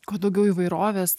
kuo daugiau įvairovės